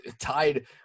tied